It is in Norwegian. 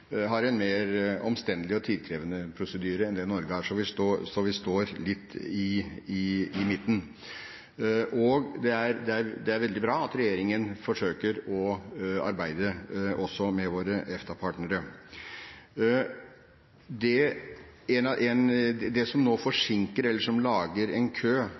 har en mer omstendelig og tidkrevende prosedyre enn det Norge har. Så vi står litt i midten. Det er veldig bra at regjeringen forsøker å arbeide også med våre EFTA-partnere. Det som nå forsinker, eller som lager en kø,